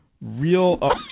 Real